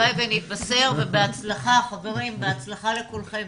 הלוואי ונתבשר ובהצלחה לכולכם.